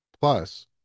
Plus